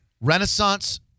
Renaissance